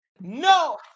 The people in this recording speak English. No